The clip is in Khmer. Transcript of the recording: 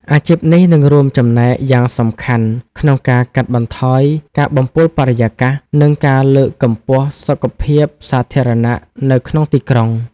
អាជីពនេះនឹងរួមចំណែកយ៉ាងសំខាន់ក្នុងការកាត់បន្ថយការបំពុលបរិយាកាស និងការលើកកម្ពស់សុខភាពសាធារណៈនៅក្នុងទីក្រុង។